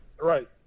right